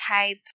type